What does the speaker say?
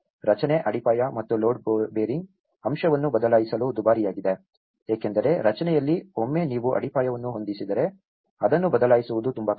ರಚನೆ ಅಡಿಪಾಯ ಮತ್ತು ಲೋಡ್ ಬೇರಿಂಗ್ ಅಂಶವನ್ನು ಬದಲಾಯಿಸಲು ದುಬಾರಿಯಾಗಿದೆ ಏಕೆಂದರೆ ರಚನೆಯಲ್ಲಿ ಒಮ್ಮೆ ನೀವು ಅಡಿಪಾಯವನ್ನು ಹೊಂದಿಸಿದರೆ ಅದನ್ನು ಬದಲಾಯಿಸುವುದು ತುಂಬಾ ಕಷ್ಟ